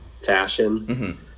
fashion